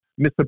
Mr